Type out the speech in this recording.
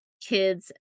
kids